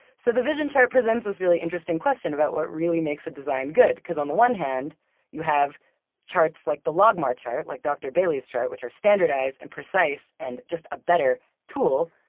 so the vision chart presents this really interesting question about what really makes a design good. because on the one hand you have charts like the logmar chart, like dr. bailey's chart, which are standardized and precise and just a better tool,